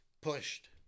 pushed